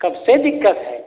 कब से दिक्कत है